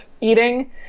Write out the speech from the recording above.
eating